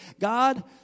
God